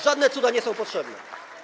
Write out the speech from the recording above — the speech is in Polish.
Żadne cuda nie są potrzebne.